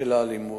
האלימות,